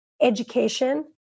education